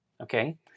Okay